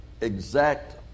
exact